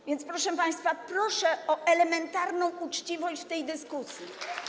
A więc, proszę państwa, proszę o elementarną uczciwość w tej dyskusji.